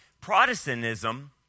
Protestantism